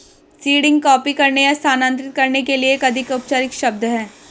seeding copy करने या स्थानांतरित करने के लिए एक अधिक औपचारिक शब्द है